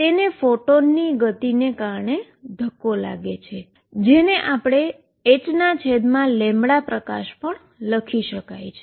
તેને ફોટોનની ગતિને કારણે ધક્કો લાગે છે જેને h લાઈટ પણ લખી શકાય છે